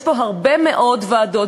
יש פה הרבה מאוד ועדות,